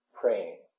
praying